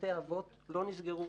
בתי האבות לא נסגרו.